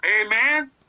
Amen